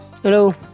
Hello